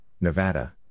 Nevada